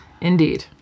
Indeed